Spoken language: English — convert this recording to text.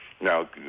Now